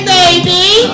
baby